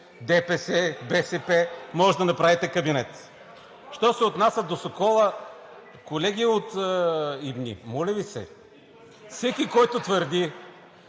ДПС, БСП – може да направите кабинет. Що се отнася до Сокола, колеги от ИБГНИ, моля Ви се, всеки, който твърди,